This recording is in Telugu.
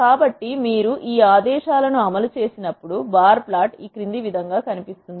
కాబట్టి మీరు ఈ ఆదేశాలను అమలు చేసినప్పుడు బార్ ప్లాట్ ఈ విధంగా కనిపిస్తుంది